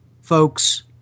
folks